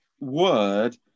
word